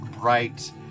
bright